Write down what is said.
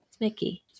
Mickey